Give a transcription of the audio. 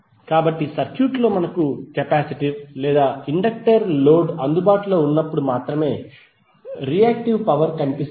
కాబట్టి సర్క్యూట్లో మనకు కెపాసిటివ్ లేదా ఇండక్టర్ లోడ్ అందుబాటులో ఉన్నప్పుడు మాత్రమే రియాక్టివ్ పవర్ కనిపిస్తుంది